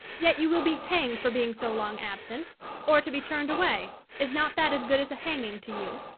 yet you will be hang'd for being so long absent or to be turn'd away, is not that as good as a hanging to you?